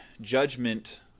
judgment